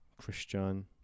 Christian